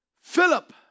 Philip